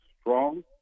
strong